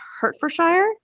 Hertfordshire